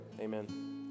Amen